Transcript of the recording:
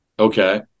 Okay